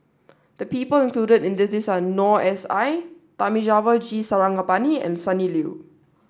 the people included in the list are Noor S I Thamizhavel G Sarangapani and Sonny Liew